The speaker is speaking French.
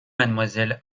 mademoiselle